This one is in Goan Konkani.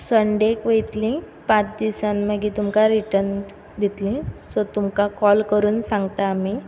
संडेक वयतली पांच दिसान मागीर तुमकां रिटर्न दितली सो तुमकां कोल करून सांगता आमी